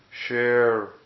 share